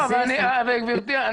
גבירתי,